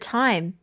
time